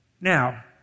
Now